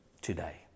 today